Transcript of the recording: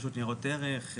הרשות לניירות ערך,